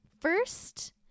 First